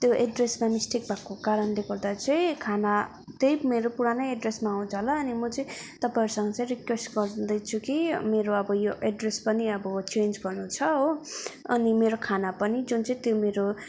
त्यो एड्रेसमा मिस्टेक भएको कारणले गर्दा चाहिँ खाना त्यही मेरो पुरानै एड्रेसमा आउँछ होला अनि म चाहिँ तपाईँहरूसँग चाहिँ रिक्वेस्ट गर्दैछु कि मेरो अब यो एड्रेस पनि अब चेन्ज गर्नु छ हो अनि मेरो खाना पनि जुन चाहिँ त्यो मेरो